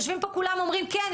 יושבים פה כולם אומרים כן,